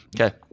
Okay